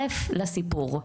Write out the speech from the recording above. א' לסיפור,